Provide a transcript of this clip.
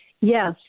Yes